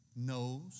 Knows